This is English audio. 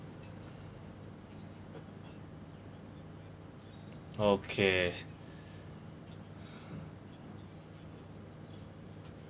okay